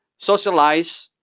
socialize,